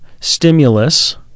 stimulus